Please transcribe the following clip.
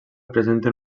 presenten